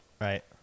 right